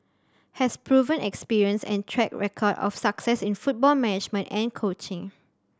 has proven experience and track record of success in football management and coaching